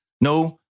no